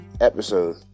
episode